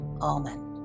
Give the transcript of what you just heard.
amen